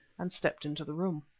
and stepped into the room.